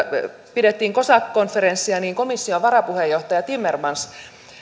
pidettiin cosac konferenssia komission varapuheenjohtaja timmermans